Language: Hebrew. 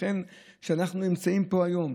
אנחנו נמצאים פה היום,